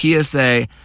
PSA